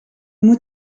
moet